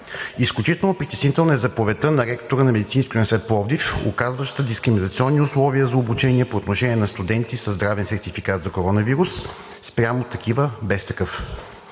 Изключително притеснителна е заповедта на ректора на Медицинския университет в Пловдив, оказваща дискриминационни условия за обучение по отношение на студенти със здравен сертификат за коронавирус спрямо такива без такъв.